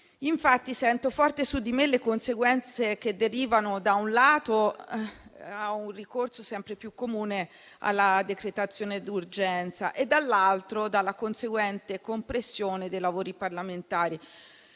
Avverto forti su di me le conseguenze che derivano - da un lato - da un ricorso sempre più comune alla decretazione d'urgenza e - dall'altro lato - dalla conseguente compressione dei lavori parlamentari.